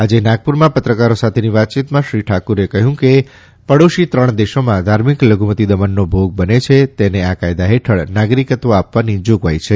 આજે નાગપુરમાં પત્રકારો સાથેની વાતચીતમાં શ્રી ઠાકુરે કહ્યું કે પડોશી ત્રણ દેશોમાં ધાર્મિક લઘુમતિ દમનનો ભોગ બને છે તેને આ કાયદા હેઠળ નાગરિકત્વ આપવાની જોગવાઇ છે